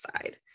side